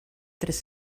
tres